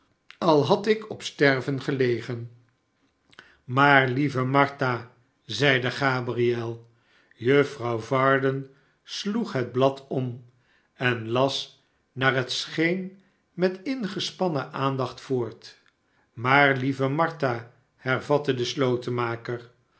al had ik op sterven gelegen maar lieve martha zeide gabriel juffrouw varden sloeg het blad om en las naar het scheen met ingespannen aandacht voort maar lieve martha hervatte de